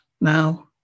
now